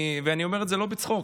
ואני אומר את זה לא בצחוק,